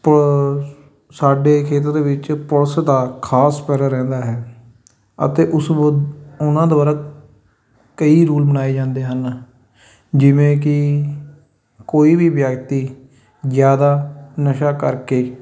ਸਾਡੇ ਖੇਤ ਦੇ ਵਿੱਚ ਪੁਲਿਸ ਦਾ ਖਾਸ ਪਹਿਰਾ ਰਹਿੰਦਾ ਹੈ ਅਤੇ ਉਸ ਉਹਨਾਂ ਦੁਆਰਾ ਕਈ ਰੂਲ ਬਣਾਏ ਜਾਂਦੇ ਹਨ ਜਿਵੇਂ ਕਿ ਕੋਈ ਵੀ ਵਿਅਕਤੀ ਜ਼ਿਆਦਾ ਨਸ਼ਾ ਕਰਕੇ